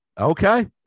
Okay